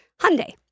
Hyundai